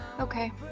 Okay